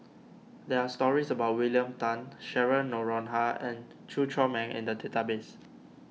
there are stories about William Tan Cheryl Noronha and Chew Chor Meng in the database